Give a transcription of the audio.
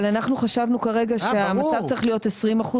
אבל אנחנו חשבנו כרגע שהמצב צריך להיות 20%,